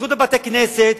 בזכות בתי-הכנסת,